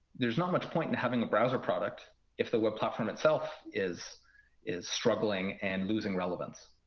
there's not much point in having a browser product if the web platform itself is is struggling and losing relevance.